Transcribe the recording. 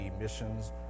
missions